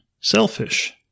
Selfish